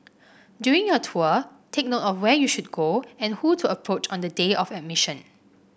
during your tour take note of where you should go and who to approach on the day of admission